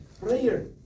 Prayer